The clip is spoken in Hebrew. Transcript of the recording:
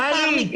טלי,